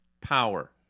power